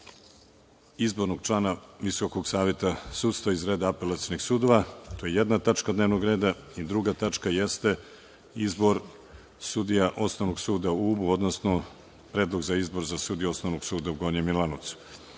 izbornog člana Visokog saveta sudstva, iz reda Apelacionih sudova. To je jedna tačka dnevnog reda. Druga tačka jeste – Izbor sudija Osnovnog suda u Ubu, odnosno predlog za izbor za sudiju Osnovnog suda u Gornjem Milanovcu. Kao